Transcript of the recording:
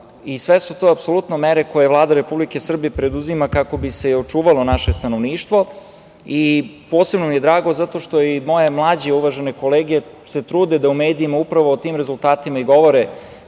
i sve su to apsolutno mere koje Vlada Republike Srbije preduzima kako bi se i očuvalo naše stanovništvo. Posebno mi je drago zato što i moje mlađe uvažene kolege se trude da u medijima upravo o tim rezultatima i govore.